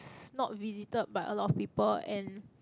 not visited by a lot of people and